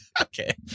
Okay